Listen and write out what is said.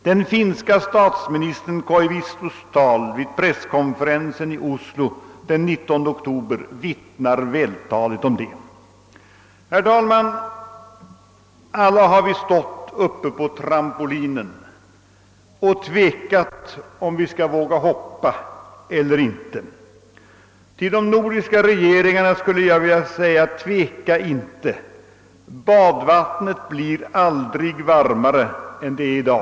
Den finske statsministern Koivistos tal vid presskonferensen i Oslo den 19 oktober vittnar vältaligt om detta. Herr talman! Alla har vi stått uppe på trampolinen och tvekat huruvida vi skulle våga hoppa eller inte. Till de nordiska regeringarna skulle jag vilja säga: Tveka inte! Badvattnet blir aldrig varmare än det är i dag.